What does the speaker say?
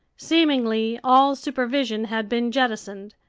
seemingly, all supervision had been jettisoned.